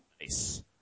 Nice